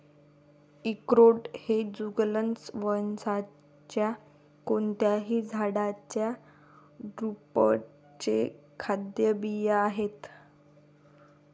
अक्रोड हे जुगलन्स वंशाच्या कोणत्याही झाडाच्या ड्रुपचे खाद्य बिया आहेत